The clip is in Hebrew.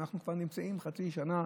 אנחנו כבר חצי שנה,